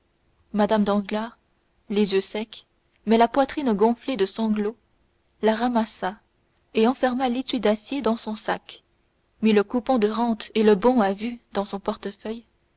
mme danglars les yeux secs mais la poitrine gonflée de sanglots la ramassa et enferma l'étui d'acier dans son sac mit le coupon de rente et le bon à vue dans son portefeuille